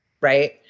right